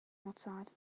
outside